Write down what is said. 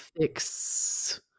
fix